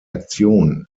aktion